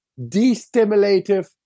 destimulative